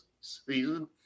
season